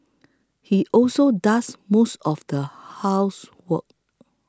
he also does most of the housework